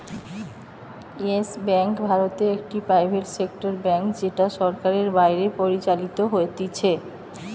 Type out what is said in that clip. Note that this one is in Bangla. ইয়েস বেঙ্ক ভারতে একটি প্রাইভেট সেক্টর ব্যাঙ্ক যেটা সরকারের বাইরে পরিচালিত হতিছে